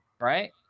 right